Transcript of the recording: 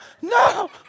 No